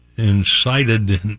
Incited